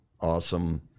awesome